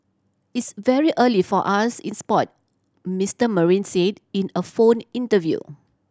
it's very early for us in sport Mister Marine said in a phone interview